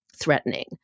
threatening